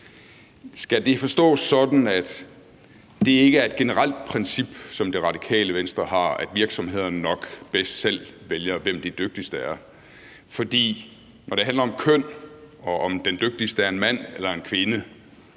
Skal det forstås sådan, at det ikke er et generelt princip, som Radikale Venstre har, at virksomhederne nok bedst selv vælger, hvem de dygtigste er? For når det handler om køn og om, hvorvidt den dygtigste er en mand eller en kvinde,